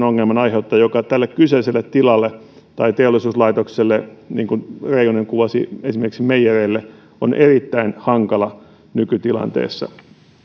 ongelman joka tälle kyseiselle tilalle tai teollisuuslaitokselle niin kuin reijonen kuvasi esimerkiksi meijereille on erittäin hankala nykytilanteessa